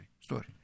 story